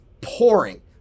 pouring